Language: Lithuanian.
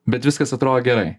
bet viskas atrodo gerai